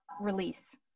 release